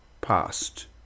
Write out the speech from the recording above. past